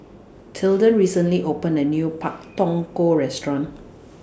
Tilden recently opened A New Pak Thong Ko Restaurant